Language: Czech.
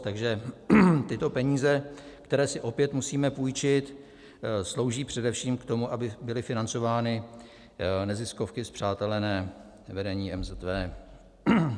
Takže tyto peníze, které si opět musíme půjčit, slouží především k tomu, aby byly financovány neziskovky spřátelené s vedením MZV.